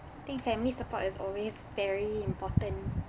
think family support is always very important